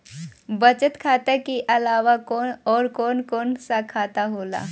बचत खाता कि अलावा और कौन कौन सा खाता होला?